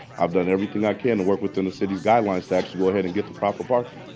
i've done everything i can to work within the city's guidelines to actually go ahead and get the proper parking.